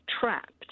trapped